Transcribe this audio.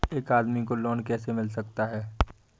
एक आदमी को लोन कैसे मिल सकता है?